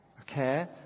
okay